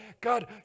God